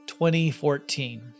2014